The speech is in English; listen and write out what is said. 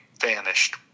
vanished